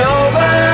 over